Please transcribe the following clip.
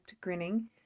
grinning